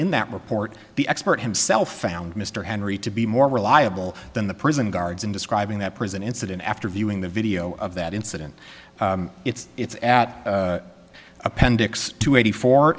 in that report the expert himself found mr henry to be more reliable than the prison guards in describing that prison incident after viewing the video of that incident it's it's at appendix two eighty four